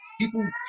people